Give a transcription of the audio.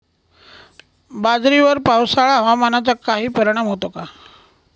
बाजरीवर पावसाळा हवामानाचा काही परिणाम होतो का?